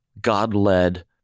God-led